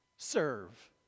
serve